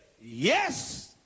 yes